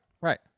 Right